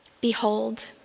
Behold